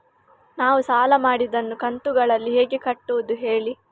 ನಾವು ಸಾಲ ಮಾಡಿದನ್ನು ಕಂತುಗಳಲ್ಲಿ ಹೇಗೆ ಕಟ್ಟುದು ಹೇಳಿ